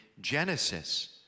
Genesis